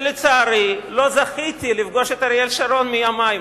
שלצערי לא זכיתי לפגוש את אריאל שרון מימי,